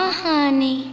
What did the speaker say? honey